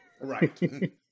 right